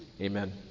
Amen